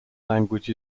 language